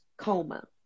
coma